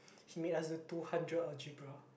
he made us do two hundred algebra